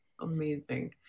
amazing